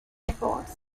efforts